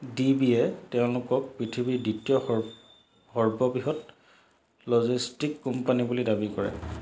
D B তেওঁলোক পৃথিৱীৰ দ্বিতীয় স সৰ্ববৃহৎ লজিষ্টিক কোম্পানী বুলি দাবী কৰে